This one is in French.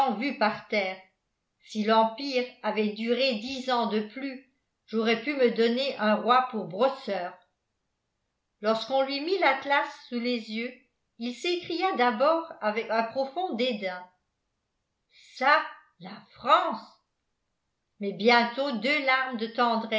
vu par terre si l'empire avait duré dix ans de plus j'aurais pu me donner un roi pour brosseur lorsqu'on lui mit l'atlas sous les yeux il s'écria d'abord avec un profond dédain ça la france mais bientôt deux larmes de